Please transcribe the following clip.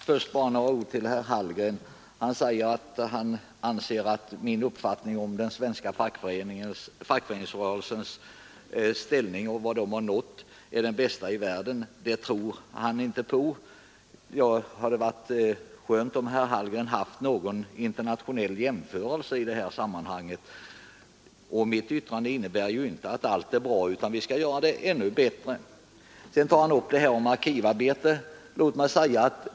Herr talman! Herr Hallgren säger att han inte tror på mig när jag hävdar att den svenska fackföreningsrörelsens ställning är den bästa i världen. Det hade varit bra om herr Hallgren gjort en internationell jämförelse. Mitt yttrande innebär ju inte att allt är bra, utan vi skall göra det ännu bättre. Vidare tog herr Hallgren upp frågan om arkivarbetarna.